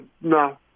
no